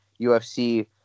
UFC